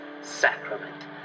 sacrament